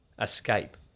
escape